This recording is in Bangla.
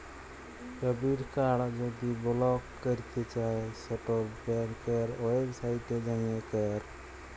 ডেবিট কাড় যদি বলক ক্যরতে চাই সেট ব্যাংকের ওয়েবসাইটে যাঁয়ে ক্যর